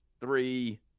three